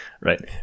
right